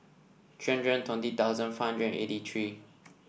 three hundred and twenty thousand five hundred and eighty three